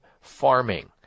farming